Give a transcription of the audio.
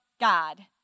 God